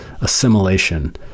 assimilation